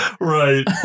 Right